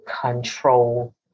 control